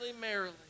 merrily